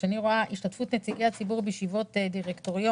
כשאני רואה: השתתפות נציגי הציבור בישיבות דירקטוריון,